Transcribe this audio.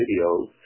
videos